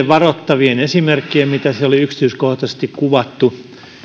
varoittavilla esimerkeillä mitä siellä oli yksityiskohtaisesti kuvattu